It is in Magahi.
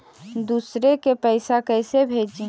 दुसरे के पैसा कैसे भेजी?